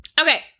Okay